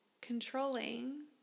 controlling